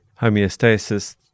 homeostasis